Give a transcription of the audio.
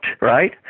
right